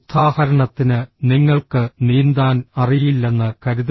ഉദ്ധാഹരണത്തിന് നിങ്ങൾക്ക് നീന്താൻ അറിയില്ലെന്ന് കരുതുക